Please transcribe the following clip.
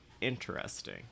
Interesting